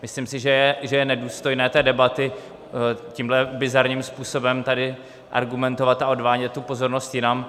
Myslím si, že je nedůstojné té debaty tímhle bizarním způsobem tady argumentovat a odvádět pozornost jinam.